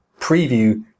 preview